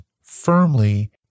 firmly